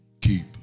keep